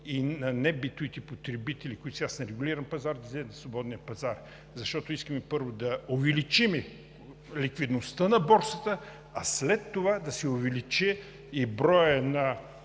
и на небитовите потребители, които сега са на регулиран пазар, на свободния пазар, защото искаме първо да увеличим ликвидността на борсата, а след това да се увеличи и броят на